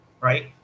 right